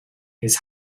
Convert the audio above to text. his